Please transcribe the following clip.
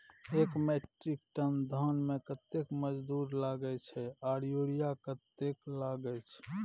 एक metric ton धान में कतेक मजदूरी लागे छै आर यूरिया कतेक लागे छै?